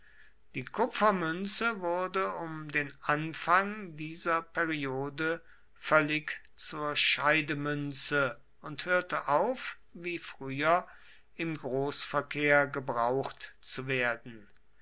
die kupfermünze wurde um den anfang dieser periode völlig zur scheidemünze und hörte auf wie früher im großverkehr gebraucht zu werden